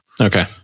Okay